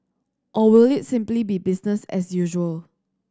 or will it simply be business as usual